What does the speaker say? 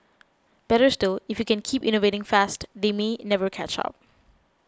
better still if you can keep innovating fast they may never catch up